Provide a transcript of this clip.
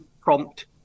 prompt